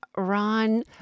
Ron